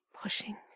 pushing